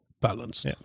balanced